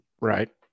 Right